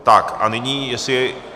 Tak a nyní jestli...